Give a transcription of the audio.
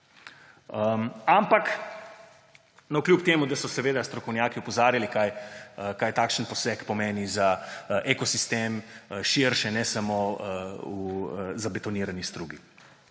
izumrla. Navkljub temu da so seveda strokovnjaki opozarjali, kaj takšen poseg pomeni za ekosistem širše, ne samo v zabetonirani strugi.